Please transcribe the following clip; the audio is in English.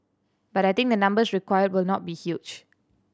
but I think the numbers required will not be huge